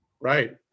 Right